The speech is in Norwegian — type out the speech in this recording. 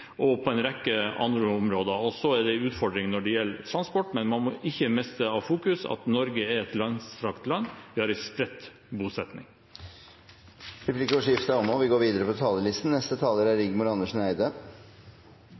industri og en rekke andre områder. Så er det en utfordring når det gjelder transport, men man må ikke miste fokus: at Norge er et langstrakt land og har en spredt bosetting. Replikkordskiftet er omme. Først og